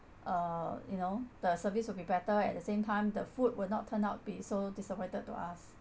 uh you know the service will be better at the same time the food will not turn out be so disappointed to us